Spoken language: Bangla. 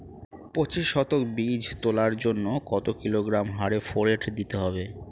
পঁচিশ শতক বীজ তলার জন্য কত কিলোগ্রাম হারে ফোরেট দিতে হবে?